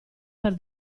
per